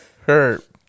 Hurt